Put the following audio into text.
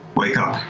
wake up.